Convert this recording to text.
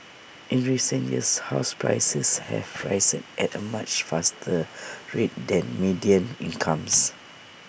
in recent years house prices have risen at A much faster rate than median incomes